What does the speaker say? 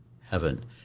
heaven